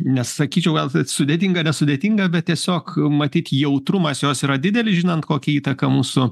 nesakyčiau gal sudėtinga nesudėtinga bet tiesiog matyt jautrumas jos yra didelis žinant kokią įtaką mūsų